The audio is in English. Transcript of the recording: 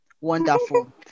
Wonderful